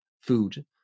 food